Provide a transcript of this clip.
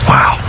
Wow